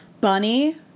Bunny